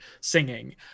singing